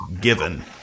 given